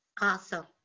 Awesome